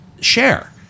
share